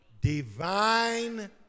divine